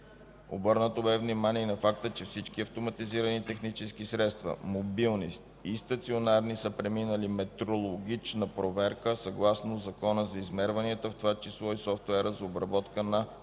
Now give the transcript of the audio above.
Обърнато бе внимание и на факта, че всички автоматизирани технически средства – мобилни и стационарни, са преминали метрологична проверка съгласно Закона за измерванията, в това число и софтуерът за обработка на